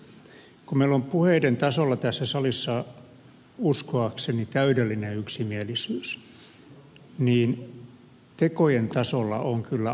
zyskowicz kun meillä on puheiden tasolla tässä salissa uskoakseni täydellinen yksimielisyys niin tekojen tasolla on kyllä aneemisuutta